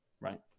right